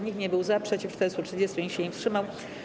Nikt nie był za, przeciw - 430, nikt się nie wstrzymał.